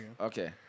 Okay